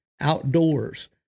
Outdoors